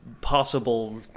possible